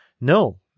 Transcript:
no